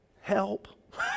help